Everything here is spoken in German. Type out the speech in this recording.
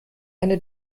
eine